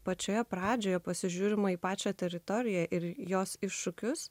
pačioje pradžioje pasižiūrima į pačią teritoriją ir jos iššūkius